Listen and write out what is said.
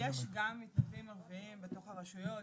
יש גם מתנדבים ערביים בתוך הרשויות,